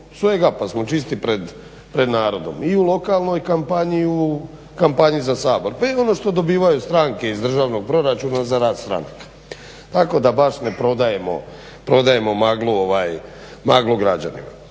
svega pa smo čisti pred narodom i u lokalnoj kampanji i u kampanji za Sabor, … ono što dobivaju stranke iz državnog proračuna za rad stranaka. Tako da baš ne prodajemo maglu građanima.